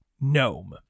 gnome